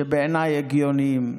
שבעיניי הגיוניים.